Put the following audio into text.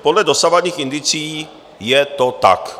Podle dosavadních indicií je to tak.